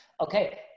Okay